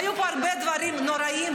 היו פה הרבה דברים נוראיים.